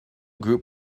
group